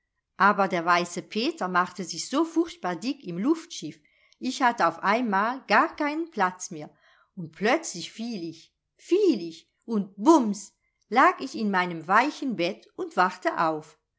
aber der weiße peter machte sich so furchtbar dick im luftschiff ich hatte auf einmal gar keinen platz mehr und plötzlich fiel ich fiel ich und bums lag ich in meinem weichen bett und wachte auf